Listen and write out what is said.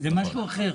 הוא משהו אחר.